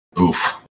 Oof